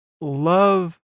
love